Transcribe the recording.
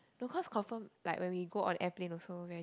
no cause confirm like when we go on airplane also very